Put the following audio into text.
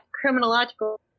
criminological